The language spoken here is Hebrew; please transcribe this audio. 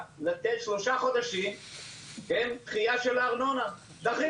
לתת שלושה חודשים דחייה של הארנונה.